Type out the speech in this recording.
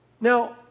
Now